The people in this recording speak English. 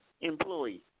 employee